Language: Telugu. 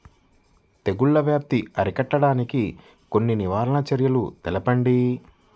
తెగుళ్ల వ్యాప్తి అరికట్టడానికి కొన్ని నివారణ చర్యలు తెలుపండి?